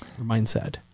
mindset